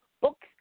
books